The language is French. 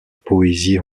poésie